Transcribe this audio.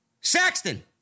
Saxton